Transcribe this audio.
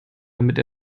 damit